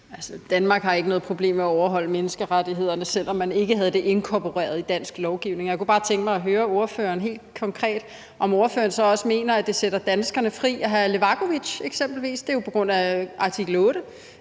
Danmark har ikke noget problem med at overholde menneskerettighederne, selv om man ikke havde det inkorporeret i dansk lovgivning. Jeg kunne bare tænke mig at høre ordføreren helt konkret, om hun så også mener, at det sætter danskerne fri at have eksempelvis Levakovic i Danmark. Det er jo på grund af artikel